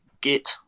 git